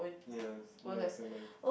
ya ya don't mind